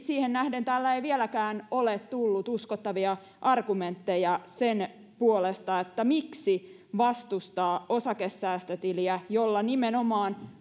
siihen nähden täällä ei vieläkään ole tullut uskottavia argumentteja sen puolesta miksi vastustaa osakesäästötiliä jolla nimenomaan